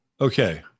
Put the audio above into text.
Okay